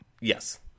Yes